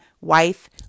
Wife